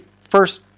first